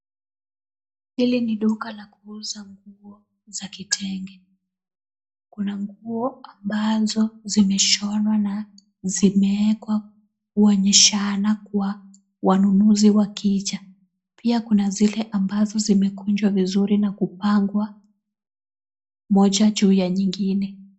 Hili ni duka la kuuza nguo za kitenge. Kuna nguo ambazo zimeshonwa na zimeekwa kuonyeshana kwa wanunuzi wakija. Pia kuna zile ambazo zimekunjwa vizuri na kupangwa, moja juu ya nyingine.